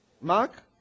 Mark